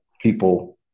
people